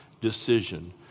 decision